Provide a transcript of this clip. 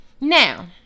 Now